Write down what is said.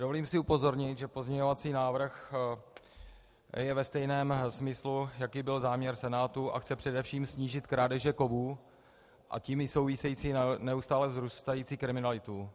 Dovolím si upozornit, že pozměňovací návrh je ve stejném smyslu, jaký byl záměr Senátu, a chce především snížit krádeže kovů, a tím i související neustále vzrůstající kriminalitu.